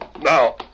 Now